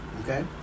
Okay